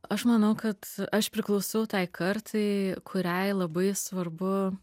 aš manau kad aš priklausau tai kartai kuriai labai svarbu